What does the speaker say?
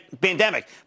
pandemic